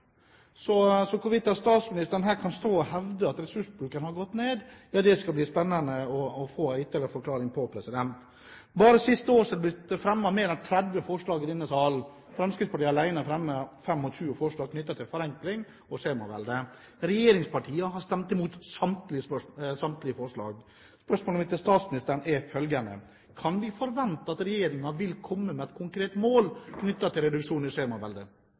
at statsministeren kan stå her og hevde at ressursbruken har gått ned, skal det bli spennende å få en ytterligere forklaring på. Bare det siste året har det blitt fremmet mer enn 30 forslag om dette i denne salen. Fremskrittspartiet alene har fremmet 25 forslag knyttet til forenkling og skjemavelde. Regjeringspartiene har stemt imot samtlige forslag. Spørsmålet mitt til statsministeren er følgende: Kan vi forvente at regjeringen vil komme med et konkret mål knyttet til reduksjon i skjemaveldet?